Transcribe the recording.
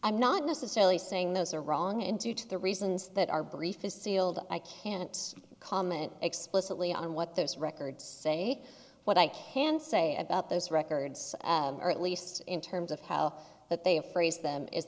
i'm not necessarily saying those are wrong and due to the reasons that our brief is sealed i can't comment explicitly on what those records say what i can say about those records or at least in terms of how that they have phrased them is